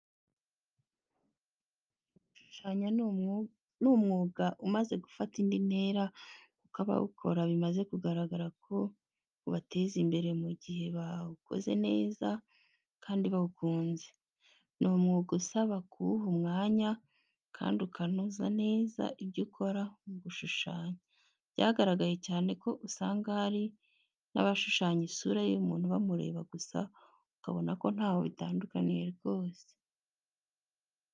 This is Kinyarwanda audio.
Gushushanya ni umwuka umaze gufata indi ntera kuko abawukora bimaze kugaragarako ubateza imbere mu gihe bawukoze neza kandi bawukunze. Ni umwuka usaba kuwuha umwanya kandi ukanoza neza ibyo ukora mu gushushanya. Byagaragaye cyane aho usanga hari nabashushanya isura y'umuntu bamureba gusa ukabona ko ntaho bitandukaniye rwose.